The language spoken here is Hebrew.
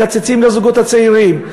מקצצים לזוגות הצעירים.